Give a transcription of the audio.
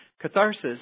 catharsis